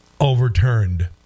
overturned